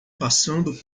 passando